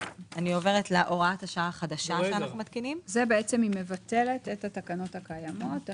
זה היא מבטלת את התקנות הקיימות.